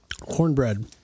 cornbread